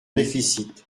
déficit